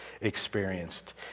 experienced